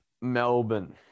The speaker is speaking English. Melbourne